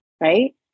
right